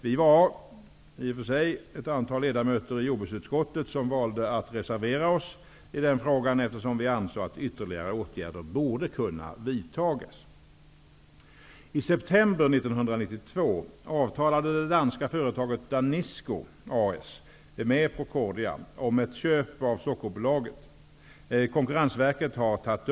Vi var i och för sig ett antal ledamöter i jordbruksutskottet som valde att reservera oss i frågan, eftersom vi ansåg att ytterligare åtgärder borde kunna vidtas.